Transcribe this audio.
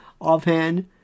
offhand